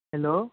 hello